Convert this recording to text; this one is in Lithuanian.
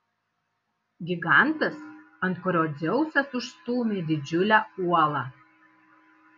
gigantas ant kurio dzeusas užstūmė didžiulę uolą